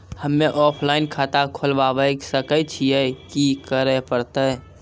हम्मे ऑफलाइन खाता खोलबावे सकय छियै, की करे परतै?